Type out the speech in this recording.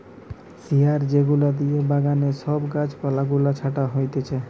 শিয়ার যেগুলা দিয়ে বাগানে সব গাছ পালা গুলা ছাটা হতিছে